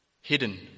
hidden